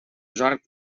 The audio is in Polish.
żart